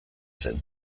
zen